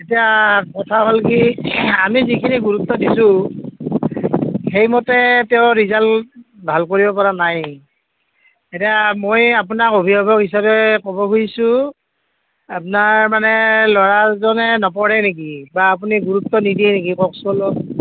এতিয়া কথা হ'ল কি আমি যিখিনি গুৰুত্ব দিছোঁ সেইমতে তেওঁৰ ৰিজাল্ট ভাল কৰিব পৰা নাই এতিয়া মই আপোনাক অভিভাৱক হিচাপে ক'ব খুজিছোঁ আপোনাৰ মানে ল'ৰাজনে নপঢ়ে নেকি বা আপুনি গুৰুত্ব নিদিয়ে নেকি কওকচোন অলপ